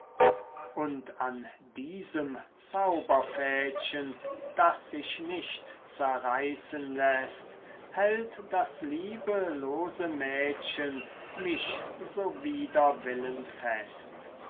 und an diesem zauberfädchen das sich nicht zerreißen läßt hält das liebe lose mädchen mich so wider willen fest